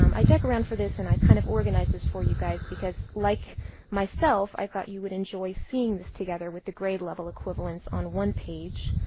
um i dug around for this and i kind of organized this for you guys. because, like myself, i thought you would enjoy seeing this together with the grade level equivalents on one page.